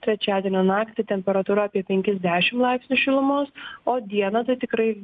trečiadienio naktį temperatūra apie penkis dešim laipsnių šilumos o dieną tai tikrai